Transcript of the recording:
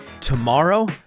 Tomorrow